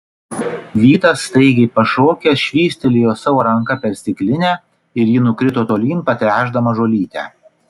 vytas staigiai pašokęs švystelėjo savo ranka per stiklinę ir ji nukrito tolyn patręšdama žolytę